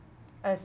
as